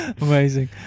Amazing